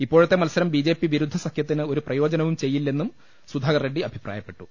ഇപ്പോഴത്തെ മത്സരം B J P വിരുദ്ധ സഖ്യത്തിന് ഒരു പ്രയോജനവും ചെയ്യില്ലെന്നും സുധാകർ റെഡി അഭിപ്രായപ്പെട്ടു